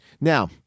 Now